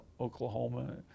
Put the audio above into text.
Oklahoma